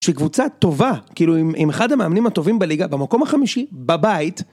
שקבוצה טובה, כאילו, עם אחד המאמנים הטובים בליגה, במקום החמישי, בבית.